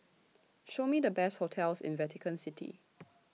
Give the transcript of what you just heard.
Show Me The Best hotels in Vatican City